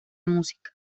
música